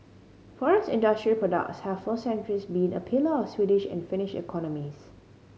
forest industry product have for centuries been a pillar of the Swedish and Finnish economies